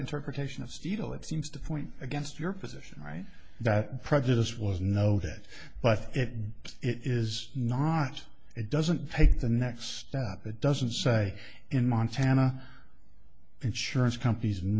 interpretation of steidl it seems to point against your position right that prejudiced was no that but if it is not it doesn't take the next step it doesn't say in montana insurance companies